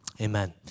Amen